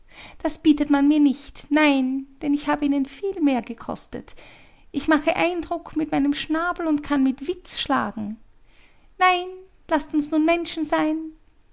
das bietet man mir nicht nein denn ich habe ihnen mehr gekostet ich mache eindruck mit meinem schnabel und kann mit witz schlagen nein laßt uns nun menschen sein